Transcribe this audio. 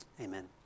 Amen